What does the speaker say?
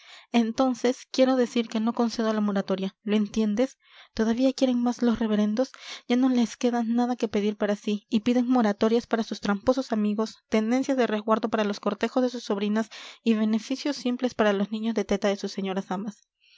entonces quiero decir que no concedo la moratoria lo entiendes todavía quieren más los reverendos ya no les queda nada que pedir para sí y piden moratorias para sus tramposos amigos tenencias de resguardo para los cortejos de sus sobrinas y beneficios simples para los niños de teta de sus señoras amas